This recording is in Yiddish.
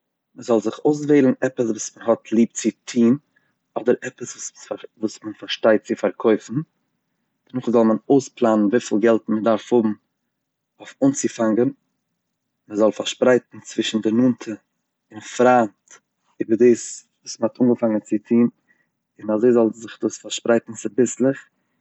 מ'זאל זיך אויסוועלן עפעס וואס מ'האט ליב צו טוהן אדער עפעס וואס מ'פארשטייט צו פארקויפן, נאכדעם זאל מען אויספלאנען וויפיל געלט מען דארף האבן אויף אנצופאנגען, מ'זאל פארשפרייטן צווישו די נאנטע און פריינט איבער דאס וואס מ'האט אנגעפאנגן צו טון, און אזוי זאל זיך דאס פארשפרייטן צוביסלעך.